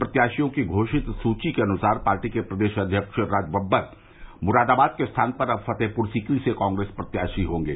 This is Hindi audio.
प्रत्याशियों की घोषित सूची के अनुसार पार्टी के प्रदेश अध्यक्ष राज बब्बर मुरादाबाद के स्थान पर अब फतेहपुर सीकरी से कांग्रेस प्रत्याशी होंगे